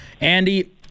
Andy